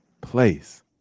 place